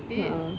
uh uh